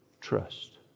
Trust